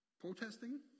Protesting